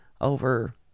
over